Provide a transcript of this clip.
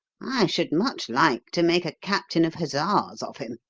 i should much like to make a captain of hussars of him.